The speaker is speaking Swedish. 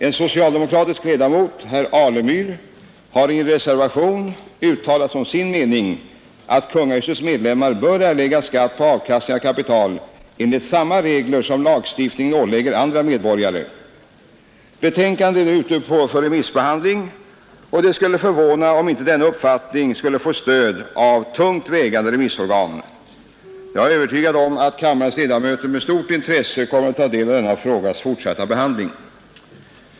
En socialdemokratisk ledamot — herr Alemyr — har i en reservation uttalat som sin mening att kungahusets medlemmar bör erlägga skatt på avkastning av kapital enligt samma regler som lagstiftningen ålägger andra medborgare. Betänkandet är nu föremål för remissbehandling, och det skulle förvåna om inte denna uppfattning skulle få stöd av tungt vägande remissorgan. Jag är övertygad om att kammarens ledamöter med stort intresse kommer att ta del av denna frågas fortsatta behandling.